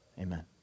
Amen